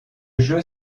jeu